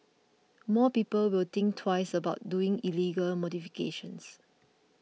more people will think twice about doing illegal modifications